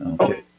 Okay